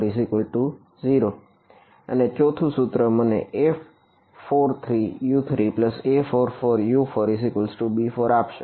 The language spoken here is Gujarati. A32U2A33U3A34U40 અને 4થું સૂત્ર મને A43U3A44U4b4 આપશે